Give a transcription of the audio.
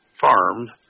farmed